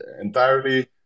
entirely